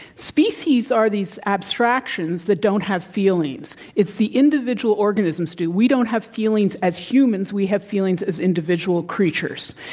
species are these abstractions that don't have feelings. it's the individual organisms do. we don't have feelings as humans. we have feelings as individual creatures,